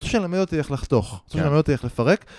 אי אפשר ללמד אותי איך לחתוך, צריך ללמד אותי איך לפרק